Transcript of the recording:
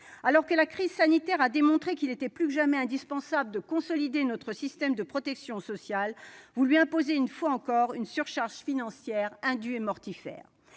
Alors que la crise sanitaire a démontré qu'il était plus que jamais indispensable de consolider notre système de protection sociale, vous lui imposez, une fois encore, une surcharge financière indue et mortifère.